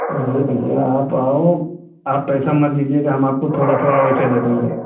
अरे भैया आप आओ आप पैसा मत दीजिएगा हम आपको थोड़ा थोड़ा वैसे दे देंगे